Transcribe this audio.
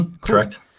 Correct